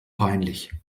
peinlich